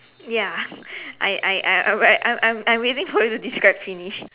ya I I I I'm like I'm I'm I'm waiting for you to describe finish